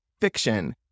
fiction